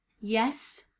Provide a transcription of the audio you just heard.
Yes